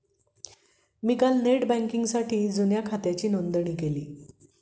मी काल नेट बँकिंगसाठी जुन्या खात्याची नोंदणी केली